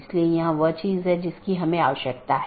इसलिए उन्हें सीधे जुड़े होने की आवश्यकता नहीं है